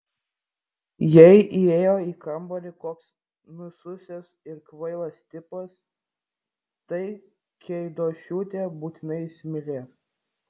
jei įėjo į kambarį koks nususęs ir kvailas tipas tai keidošiūtė būtinai įsimylės